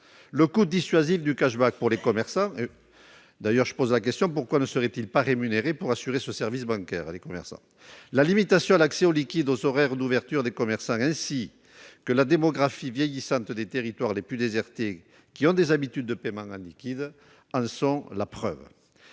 Son coût dissuasif pour les commerçants- d'ailleurs, pourquoi ne seraient-ils pas rémunérés pour assurer ce service bancaire -, la limitation de l'accès au liquide aux horaires d'ouverture des commerces, ainsi que la démographie vieillissante des territoires les plus désertés, qui ont des habitudes de paiement en liquide, en sont la preuve.